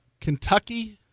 Kentucky